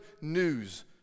news